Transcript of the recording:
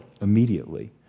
immediately